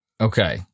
Okay